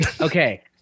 Okay